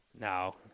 No